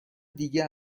دیگر